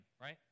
right